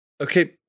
Okay